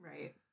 Right